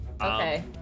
Okay